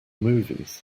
movies